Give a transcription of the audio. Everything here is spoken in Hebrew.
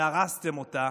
והרסתם אותה,